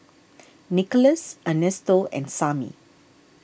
Nickolas Ernesto and Sammy